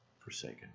forsaken